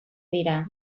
dira